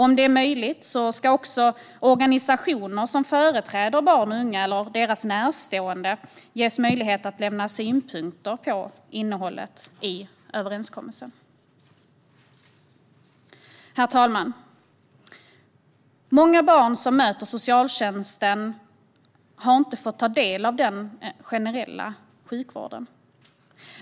Om det är möjligt ska också organisationer som företräder barn och unga eller deras närstående ges möjlighet att lämna synpunkter på innehållet i överenskommelsen. Herr talman! Många barn som möter socialtjänsten har inte fått ta del av den generella hälso och sjukvården.